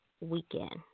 weekend